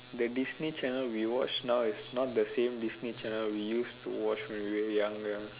the Disney channel we watch now is not the same Disney channel we used to watch when we were younger